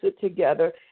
together